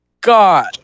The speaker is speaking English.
god